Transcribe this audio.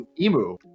Emu